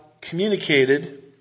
communicated